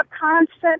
constant